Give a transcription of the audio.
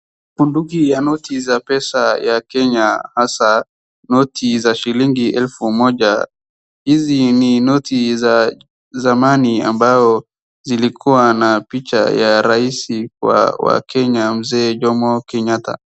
Bunduki ya noti za pesa ya Kenya hasa noti za shilingi elfu moja. Hizi ni noti za zamani ambao zilikuwa na picha ya rais wa Kenya mzee Jomo Kenyatta.